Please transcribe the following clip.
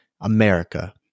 america